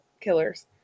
killers